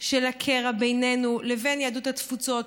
של הקרע בינינו לבין יהדות התפוצות,